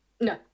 no